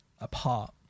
apart